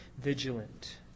vigilant